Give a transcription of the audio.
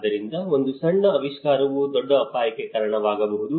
ಆದ್ದರಿಂದ ಒಂದು ಸಣ್ಣ ಆವಿಷ್ಕಾರವು ದೊಡ್ಡ ಅಪಾಯಕ್ಕೆ ಕಾರಣವಾಗಬಹುದು